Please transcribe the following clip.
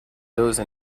those